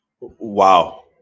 wow